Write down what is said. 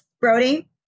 Brody